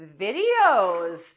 videos